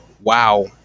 Wow